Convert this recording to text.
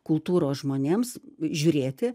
kultūros žmonėms žiūrėti